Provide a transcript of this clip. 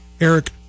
Eric